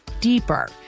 deeper